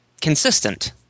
consistent